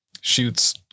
shoots